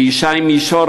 לישי מישור,